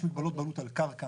יש מגבלות בעלות על קרקע.